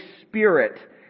Spirit